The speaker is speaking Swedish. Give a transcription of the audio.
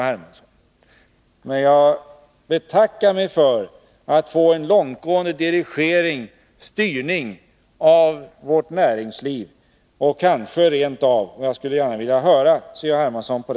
Hermansson. Men jag betackar mig för en långtgående styrning av vårt näringsliv. Och jag skulle gärna vilja höra av C.-H.